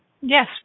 yes